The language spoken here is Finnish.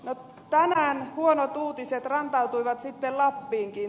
tänään huonot uutiset rantautuivat sitten lappiinkin